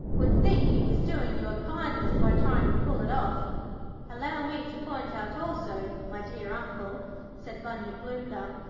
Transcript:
would think he was doing you a kindness by trying to pull it off allow me to point out also, my dear uncle said bunyip bluegum,